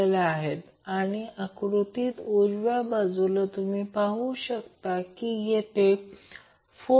समीकरण 2 वरून आपण असे लिहू शकतो